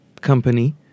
company